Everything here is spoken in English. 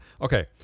Okay